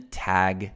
tag